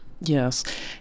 Yes